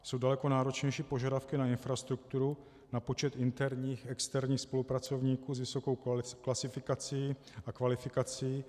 Jsou daleko náročnější požadavky na infrastrukturu, na počet interních a externích spolupracovníků s vysokou klasifikací a kvalifikací.